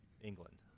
England